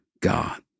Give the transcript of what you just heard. God